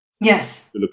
Yes